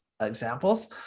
examples